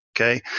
okay